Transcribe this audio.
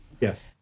Yes